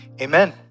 Amen